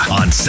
on